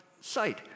sight